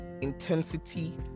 intensity